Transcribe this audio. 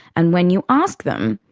and when you ask them,